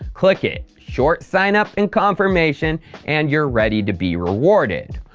click it, short signup and confirmation and your ready to be rewarded.